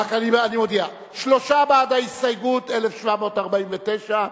שלושה בעד ההסתייגות ל-1,749,